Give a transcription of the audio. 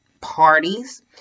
parties